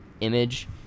image